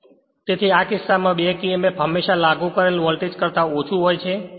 તેથી આ કિસ્સામાં બેક emf હંમેશાં લાગુ કરેલ વોલ્ટેજ કરતા ઓછું હોય છે